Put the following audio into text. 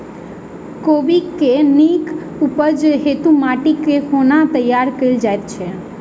कोबी केँ नीक उपज हेतु माटि केँ कोना तैयार कएल जाइत अछि?